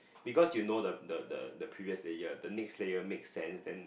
because you know the the the previous layer the next layer makes sense then